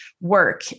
work